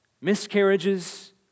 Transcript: miscarriages